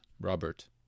Robert